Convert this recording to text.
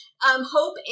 Hope